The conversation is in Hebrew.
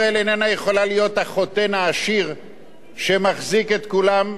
החותן העשיר שמחזיק את כולם על חשבונו,